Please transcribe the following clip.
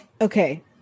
okay